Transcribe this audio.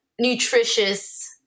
nutritious